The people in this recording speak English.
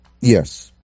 Yes